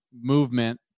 movement